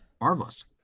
Marvelous